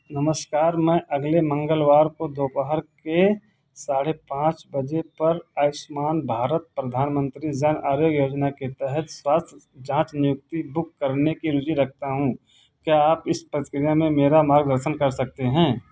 नमस्कार मैं अगले मंगलवार को दोपहर के साढ़े पाँच बजे पर आयुष्मान भारत प्रधानमंत्री जन आरोग्य योजना के तहत स्वास्थ्य जाँच नियुक्ति बुक करने की रुचि रखता हूँ क्या आप इस प्रतिक्रिया में मेरा मार्गदर्शन कर सकते हैं